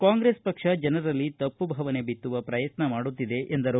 ಕಾಂಗ್ರೆಸ್ ಪಕ್ಷ ಜನರಲ್ಲಿ ತಪ್ಪು ಭಾವನೆ ಬಿತ್ತುವ ಪ್ರಯತ್ನ ಮಾಡುತ್ತಿದೆ ಎಂದರು